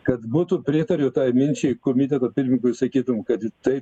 kad būtų pritariu tai minčiai komiteto pirmininkui sakytum kad tai